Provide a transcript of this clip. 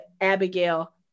Abigail